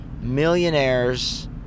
millionaires